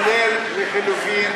כולל לחלופין,